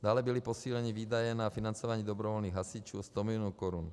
Dále byly posíleny výdaje na financování dobrovolných hasičů o 100 milionů korun.